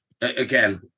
again